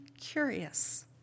curious